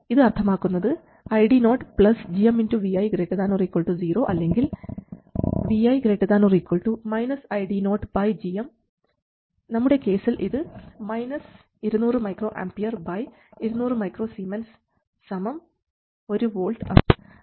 ഇത് അർത്ഥമാക്കുന്നത് ID0 gmvi ≥ 0 അല്ലെങ്കിൽ vi ≥ ID0 gm നമ്മുടെ കേസിൽ ഇത് 200 µA 200 µS 1 V ആണ്